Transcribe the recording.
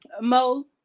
Mo